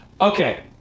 Okay